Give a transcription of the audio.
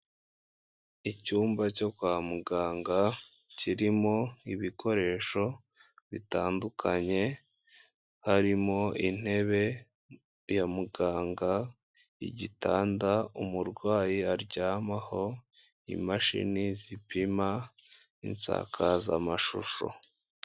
Icyumba cyo kwa muganga, kirimo ibikoresho bitandukanye, harimo intebe ya muganga, igitanda umurwayi aryamaho, imashini zipima, insakazamashusho.